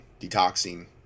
detoxing